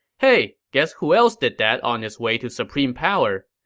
hey, guess who else did that on his way to supreme power?